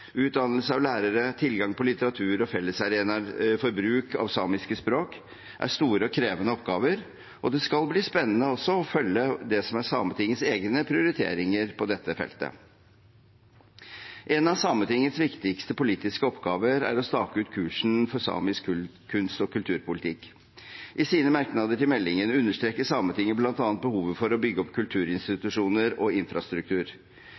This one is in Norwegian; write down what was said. utdannelse av lærere, tilgang på litteratur og fellesarenaer for bruk av samiske språk er store og krevende oppgaver, og det skal bli spennende å følge Sametingets egne prioriteringer på dette feltet. En av Sametingets viktigste politiske oppgaver er å stake ut kursen for samisk kunst- og kulturpolitikk. I sine merknader til meldingen understreker Sametinget bl.a. behovet for å bygge opp kulturinstitusjoner og infrastruktur.